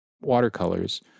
watercolors